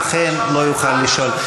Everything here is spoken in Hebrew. אכן לא יוכל לשאול.